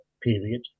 period